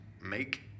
make